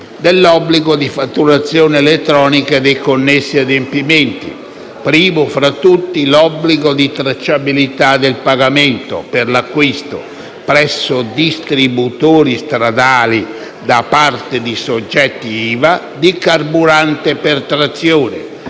dell'obbligo di fatturazione elettronica e dei connessi adempimenti, primo fra tutti l'obbligo di tracciabilità del pagamento per l'acquisto presso distributori stradali da parte di soggetti IVA di carburante per trazione,